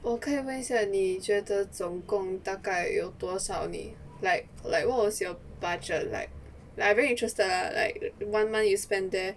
我可以问下你觉得总共大概有多少你 like like what was your budget like like I very interested lah like one month you spend there